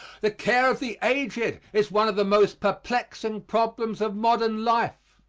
the care of the aged is one of the most perplexing problems of modern life.